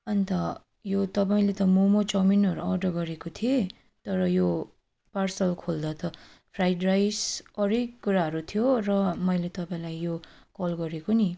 अन्त यो त मैले त मोमो चौमिनहरू अर्डर गरेको थिएँ तर यो पार्सल खोल्दा त फ्राइड राइस अरू नै कुराहरू थियो र मैले तपाईँलाई यो कल गरेको नि